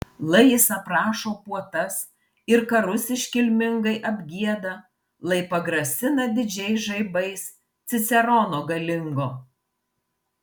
lai jis aprašo puotas ir karus iškilmingai apgieda lai pagrasina didžiais žaibais cicerono galingo